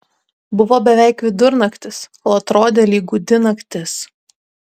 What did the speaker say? buvo beveik vidurnaktis o atrodė lyg gūdi naktis